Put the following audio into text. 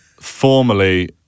Formerly